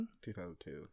2002